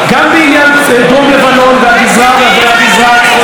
גם בעניין דרום לבנון והגזרה הצפונית.